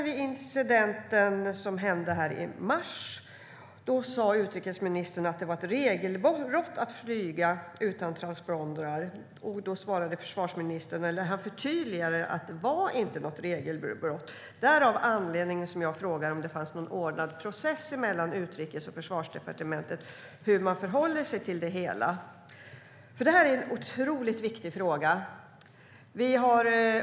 Vid incidenten i mars sa utrikesministern att det är ett regelbrott att flyga utan transpondrar. Då förtydligade försvarsministern med att säga att det inte är något regelbrott. Detta är anledningen till att jag frågar om det finns någon ordnad process mellan Utrikesdepartementet och Försvarsdepartementet när det gäller hur man förhåller sig till det hela. Detta är en otroligt viktig fråga.